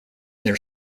their